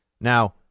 now